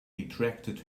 retracted